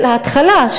של ההתחלה,